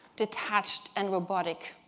detached, and robotic.